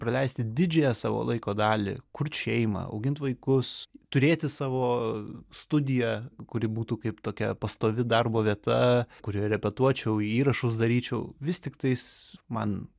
praleisti didžiąją savo laiko dalį kurt šeimą augint vaikus turėti savo studiją kuri būtų kaip tokia pastovi darbo vieta kurioje repetuočiau įrašus daryčiau vis tiktais man